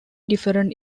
different